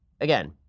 Again